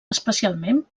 especialment